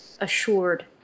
assured